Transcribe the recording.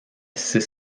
six